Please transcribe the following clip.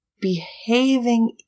behaving